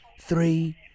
three